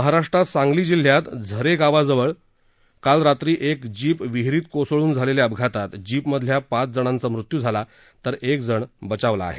महाराष्ट्रात सांगली जिल्ह्यात झरे गावाजवळ काल रात्री एक जीप विहिरीत कोसळून झालेल्या अपघातात जीपमधल्या पाच जणांचा मृत्यू झाला तर एक जण बचावला आहे